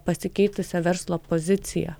pasikeitusią verslo poziciją